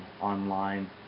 online